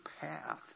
path